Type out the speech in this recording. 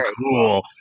cool